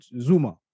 Zuma